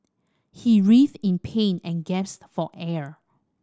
he writhed in pain and gasped for air